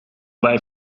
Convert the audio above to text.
bij